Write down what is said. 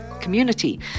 community